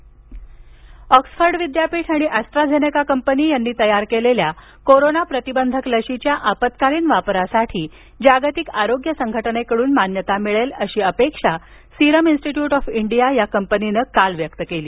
serum Institute Oxford विद्यापीठ आणि AstraZeneca company यांनी तयार केलेल्या कोरोना प्रतिबंधक लशीच्या आपत्कालीन वापरासाठी जागतिक आरोग्य संघटनेकडून मान्यता मिळेल अशी अपेक्षा सीरम इंस्टिट्यूट ऑफ इंडिया या कंपनीनं काल व्यक्त केली